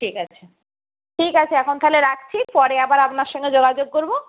ঠিক আছে ঠিক আছে এখন তাহলে রাখছি পরে আবার আপনার সঙ্গে যোগাযোগ করব